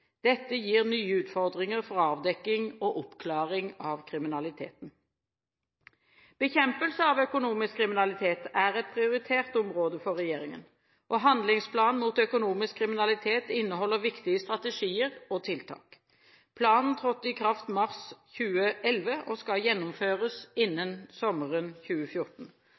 Dette gir nye utfordringer for avdekking og oppklaring av kriminaliteten. Bekjempelse av økonomisk kriminalitet er et prioritert område for regjeringen, og handlingsplanen mot økonomisk kriminalitet inneholder viktige strategier og tiltak. Planen trådte i kraft i mars 2011, og skal gjennomføres innen sommeren 2014.